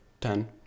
ten